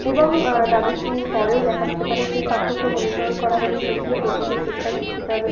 এবং দ্বাদশ শ্রেণির পরেও দেখা যেতে পারে সেই পাঠ্যক্রম অনুসরণ করা হলে সত্যি প্রকৃত শিক্ষায় শিক্ষিত হবে